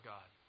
God